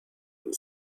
and